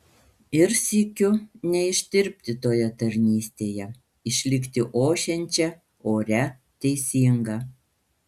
ir sykiu neištirpti toje tarnystėje išlikti ošiančia oria teisinga